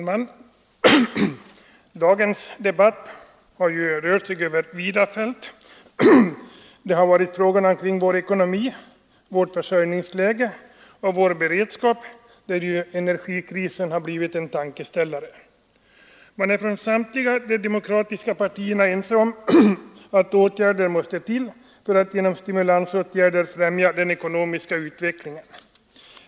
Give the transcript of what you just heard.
Fru talman! Dagens debatt har rört sig över vida fält — vår ekonomi, vårt försörjningsläge och vår beredskap, där energikrisen har blivit en tankeställare. Samtliga demokratiska partier är ense om att stimulansåtgärder måste vidtas för att främja den ekonomiska utvecklingen.